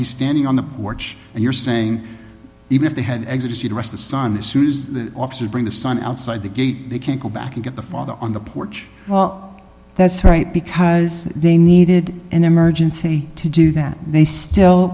he's standing on the porch and you're saying even if they had exited you to arrest the son issues officer bring the son outside the gate they can't go back and get the father on the porch well that's right because they needed an emergency to do that and they still